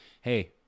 hey